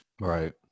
right